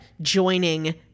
joining